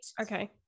Okay